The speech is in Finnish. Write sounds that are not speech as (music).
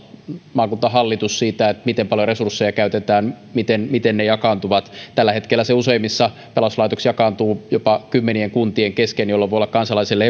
maakuntahallitus siitä miten paljon resursseja käytetään miten miten ne jakaantuvat tällä hetkellä useimmiten pelastuslaitos jakaantuu jopa kymmenien kuntien kesken jolloin se voi olla kansalaiselle (unintelligible)